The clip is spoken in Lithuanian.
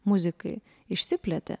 muzikai išsiplėtė